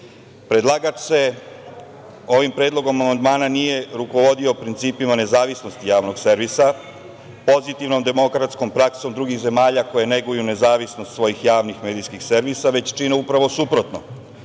servis. Predlagač se ovim predlogom amandmana nije rukovodio principima nezavisnosti javnog servisa, pozitivnom demokratskom praksom drugih zemalja koje neguju nezavisnost svojih javnih medijskih servisa, već čine upravo suprotno.